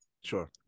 sure